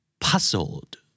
puzzled